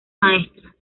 maestras